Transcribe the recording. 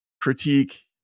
Critique